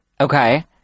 okay